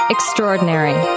Extraordinary